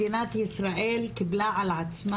מדינת ישראל קיבלה על עצמה,